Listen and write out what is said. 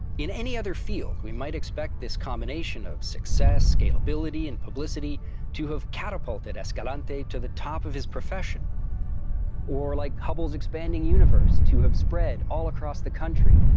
in any other field, we might expect this combination of success, scalability, and publicity, to have catapulted escalante to the top of his profession or like hubble's expanding universe, to have spread all across the country.